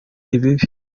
ibibi